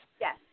Yes